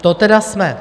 To tedy jsme.